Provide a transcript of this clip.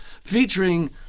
featuring